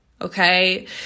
Okay